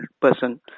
person